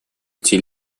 эти